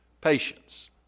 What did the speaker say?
patience